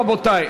רבותי,